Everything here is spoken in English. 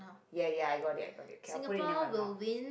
ya ya I got it I got it okay I put it near my mouth